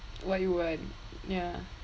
what you want ya